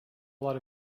lot